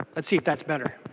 let's see if that's better.